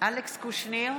אלכס קושניר,